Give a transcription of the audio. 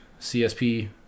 CSP